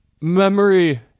memory